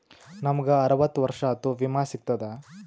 ನಮ್ ಗ ಅರವತ್ತ ವರ್ಷಾತು ವಿಮಾ ಸಿಗ್ತದಾ?